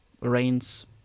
rains